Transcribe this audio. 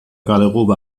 garderobe